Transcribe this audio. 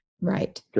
Right